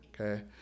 Okay